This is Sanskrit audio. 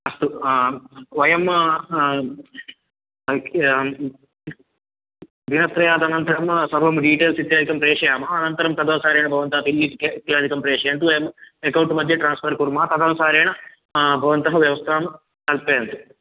अस्तु वयं दिनत्रयाद् अनन्तरं सर्वं डीटेल्स् इत्यादिकं प्रेषयामः अनन्तरं तदनुसारेण भवन्तः बिल् इत्यादिकं प्रेषयन्तु वयम् अकौण्ट् मध्ये ट्रान्स्फ़र् कुर्मः तदनुसारेण भवन्तः व्यवस्थां कल्पयन्तु